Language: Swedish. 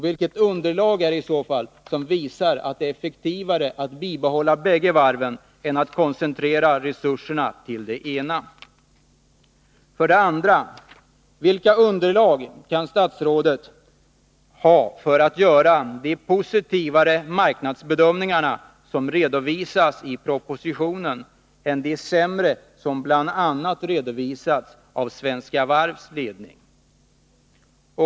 Vilket underlag är det i så fall som visar att det är effektivare att bibehålla bägge varven än att koncentrera resurserna till det ena? Vilka underlag kan statsrådet ha för att göra de positiva marknadsbedömningar som redovisas i propositionen jämfört med de sämre som bl.a. har redovisats av Svenska Varvs ledning?